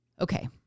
Okay